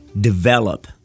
develop